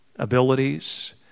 abilities